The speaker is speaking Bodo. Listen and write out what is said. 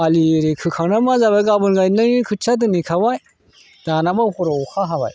आलि एरि खोखांनानै मा जाखो गाबोन गायनायनि खोथिया दोनहैखाबाय दानाबा हराव अखा हाबाय